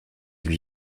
lui